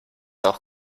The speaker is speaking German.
auch